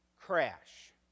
crash